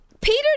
Peter